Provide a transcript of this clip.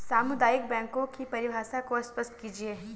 सामुदायिक बैंकों की परिभाषा को स्पष्ट कीजिए?